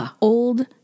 old